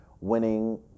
winning